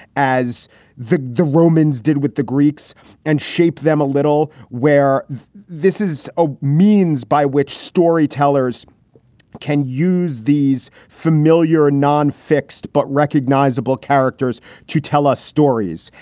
as the the romans did with the greeks and shape them a little, where this is a means by which storytellers can use these familiar non-fixed but recognizable characters to tell us stories.